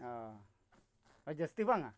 ᱚ ᱡᱟᱹᱥᱛᱤ ᱵᱟᱝᱟ